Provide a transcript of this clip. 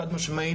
חד-משמעית,